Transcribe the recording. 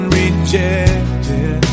rejected